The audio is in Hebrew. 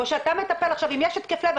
אם יש התקף לב,